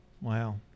wow